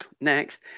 Next